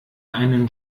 einen